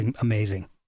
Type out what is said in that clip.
amazing